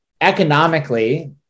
economically